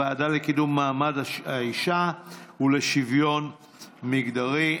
בוועדה לקידום מעמד האישה ולשוויון מגדרי.